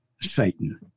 Satan